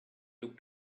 looked